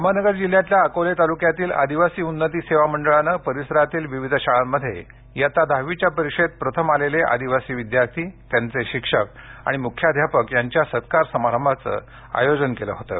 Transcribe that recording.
अहमदनगर जिल्ह्यातल्याअकोले तालुक्यातील आदिवासी उन्नती सेवा मंडळानं परिसरातील विविध शाळांमध्ये दहावीच्या परीक्षेत प्रथम आलेले आदिवासी विद्यार्थीत्यांचे शिक्षक आणि मुख्याध्यापक यांच्यासत्कार समारंभाचं आयोजन केलं होतं